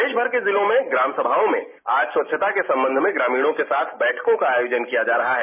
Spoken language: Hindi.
प्रदेश भर के जिलो की ग्राम सभाओं में आज खच्छता के सम्बच में ग्रामीणों के साथ बैठकों का आयोजन किया जा रहा है